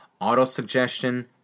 auto-suggestion